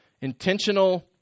intentional